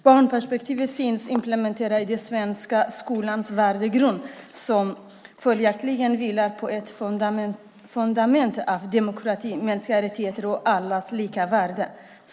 Barnperspektivet finns implementerat i den svenska skolans värdegrund som följaktligen vilar på ett fundament av demokrati, mänskliga rättigheter och allas lika värde.